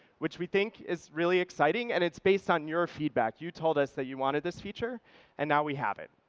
which we think is really exciting. and it's based on your feedback. you told us that you wanted this feature and now we have it.